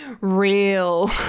real